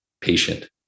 patient